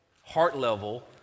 heart-level